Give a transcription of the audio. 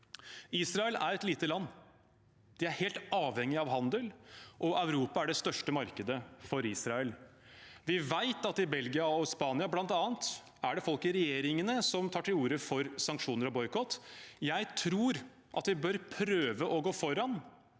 Israel er et lite land. Det er helt avhengig av handel, og Europa er det største markedet for Israel. Vi vet at det i bl.a. Belgia og Spania er folk i regjeringen som tar til orde for sanksjoner og boikott. Jeg tror vi bør prøve å gå